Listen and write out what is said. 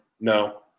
no